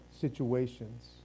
situations